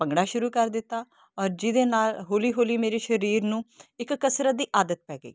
ਭੰਗੜਾ ਸ਼ੁਰੂ ਕਰ ਦਿੱਤਾ ਔਰ ਜਿਹਦੇ ਨਾਲ ਹੌਲੀ ਹੌਲੀ ਮੇਰੇ ਸਰੀਰ ਨੂੰ ਇੱਕ ਕਸਰਤ ਦੀ ਆਦਤ ਪੈ ਗਈ